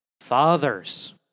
Fathers